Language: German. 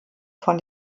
von